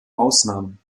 ausnahmen